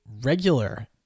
regular